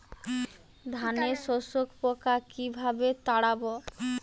ধানে শোষক পোকা কিভাবে তাড়াব?